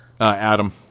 Adam